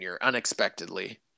unexpectedly